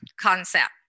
concept